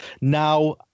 now